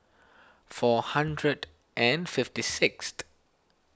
four hundred and fifty six